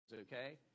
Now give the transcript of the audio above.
Okay